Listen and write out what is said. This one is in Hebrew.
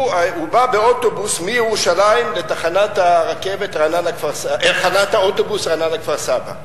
הוא בא באוטובוס מירושלים לתחנת האוטובוס רעננה כפר-סבא.